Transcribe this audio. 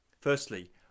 Firstly